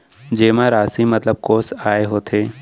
जेमा राशि मतलब कोस आय होथे?